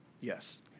Yes